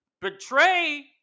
betray